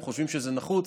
הם חושבים שזה נחוץ.